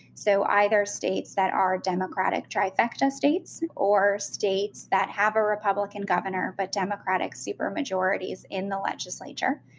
so either states that are democratic trifecta states or states that have a republican governor, but democratic supermajorities in the legislature.